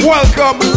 Welcome